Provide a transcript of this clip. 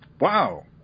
Wow